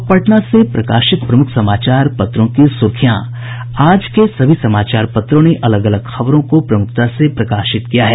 अब पटना से प्रकाशित प्रमुख समाचार पत्रों की सुर्खियां आज के सभी समाचार पत्रों ने अलग अलग खबरों को प्रमुखता से प्रकाशित किया है